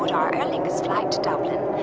but our air lingus flight to dublin.